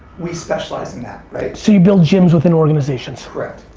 we specialize in that, right. so, you build gyms within organizations. correct,